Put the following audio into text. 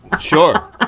Sure